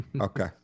Okay